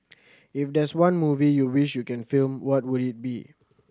if there's one movie you wished you can film what would it be